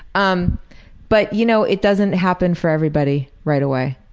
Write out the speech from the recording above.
um but you know it doesn't happen for everybody right away,